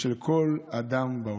של כל אדם בעולם.